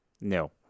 No